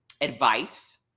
advice